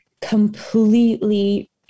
completely